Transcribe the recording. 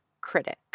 critic